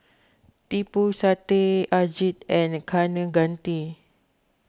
Tipu Satyajit and Kaneganti